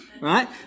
Right